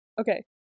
okay